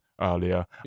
earlier